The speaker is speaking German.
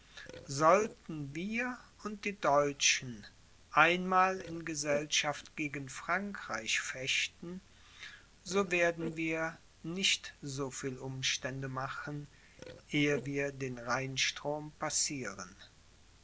sollten wir und die deutschen einmal in gesellschaft gegen frankreich fechten so werden wir nicht so viel umstände machen ehe wir den rheinstrom passieren